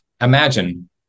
imagine